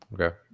Okay